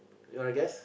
you wanna guess